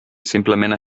simplement